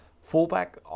Fullback